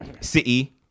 City